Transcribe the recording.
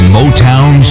Motown